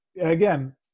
again